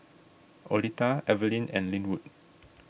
Oleta Evelyne and Lynwood